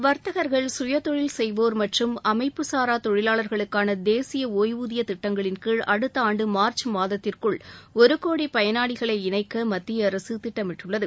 வர்த்தகர்கள் சுயதொழில் செய்வோர் மற்றும் அமைப்பு சாரா தொழிலாளர்களுக்கான தேசிய ஒய்வூதியத் திட்டத்தின் கீழ் அடுத்த ஆண்டு மார்ச் மாதத்திற்குள் ஒரு கோடி பயனாளிகளை இணைக்க மத்திய அரசு திட்டமிட்டுள்ளது